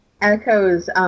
Echoes